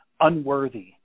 unworthy